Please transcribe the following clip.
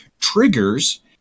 triggers